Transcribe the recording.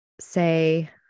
say